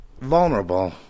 vulnerable